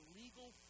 legal